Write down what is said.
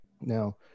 Now